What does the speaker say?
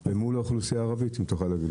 אל מול האוכלוסייה הערבית אם תוכל להגיד